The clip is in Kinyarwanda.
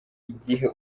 igihe